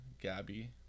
gabby